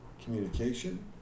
Communication